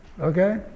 Okay